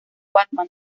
batman